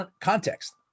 context